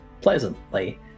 pleasantly